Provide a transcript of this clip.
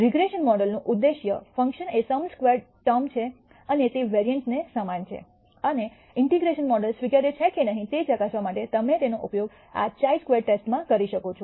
regression મોડેલનું ઉદ્દેશ્ય function એ સમ સ્ક્વેર્ડ ટર્મ છે અને તે વેરિઅન્સ ને સમાન છે અને ઇન્ટીગ્રેશન મોડેલ સ્વીકાર્ય છે કે નહીં તે ચકાસવા માટે તમે તેનો ઉપયોગ આ χ સ્ક્વેર ટેસ્ટમાં કરી શકો છો